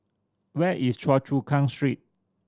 where is Choa Chu Kang Street